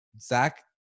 Zach